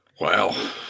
Wow